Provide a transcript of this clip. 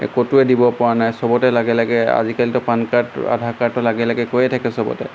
ক'তোৱে দিব পৰা নাই চবতে লাগে লাগে আজিকালিতো পান কাৰ্ড আধাৰ কাৰ্ডটো লাগে লাগে কৈয়ে থাকে চবতে